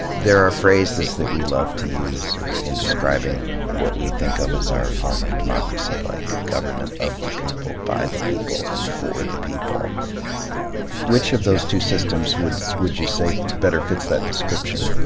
there are phrases that we love to use in describing what we think of as our form of democracy, like government of the people, by the people, and for the people which of those two systems would would you say better fits that description?